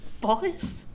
boys